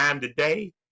today